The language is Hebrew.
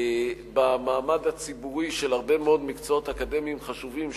במעמד הציבורי של הרבה מאוד מקצועות אקדמיים חשובים,